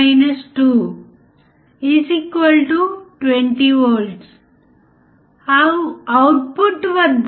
inverting మరియు non inverting amplifier లో input signal లేదా 2 వోల్ట్ల ఉన్నప్పుడు మరియు గెయిన్ సుమారు 12 గా ఉంటుంది